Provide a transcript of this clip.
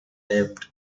lived